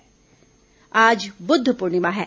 बुद्ध पूर्णिमा आज बुद्ध पूर्णिमा है